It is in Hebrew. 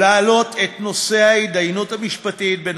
להעלות את נושא ההתדיינות המשפטית בין